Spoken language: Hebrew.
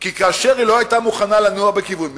כי כאשר היא לא היתה מוכנה לנוע בכיוון מסוים,